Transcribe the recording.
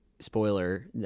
Spoiler